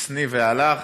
השניא והלך?